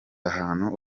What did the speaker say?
ahantu